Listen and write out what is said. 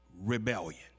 rebellion